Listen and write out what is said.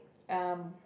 um